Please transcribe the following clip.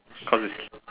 call this